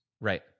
Right